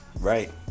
right